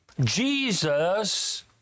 Jesus